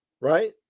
Right